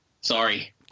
Sorry